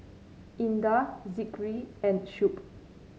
Indah Zikri and Shuib